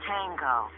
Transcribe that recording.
Tango